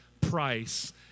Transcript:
price